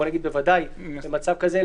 בוודאי במצב כזה.